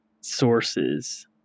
sources